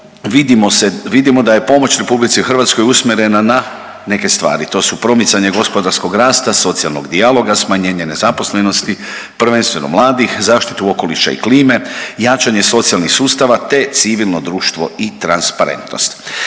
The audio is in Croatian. vidimo da je pomoć RH usmjerena na neke stvari, to su promicanje gospodarskog rasta, socijalnog dijaloga, smanjenje nezaposlenosti prvenstveno mladih, zaštitu okoliša i klime, jačanje socijalnih sustava, te civilno društvo i transparentnost.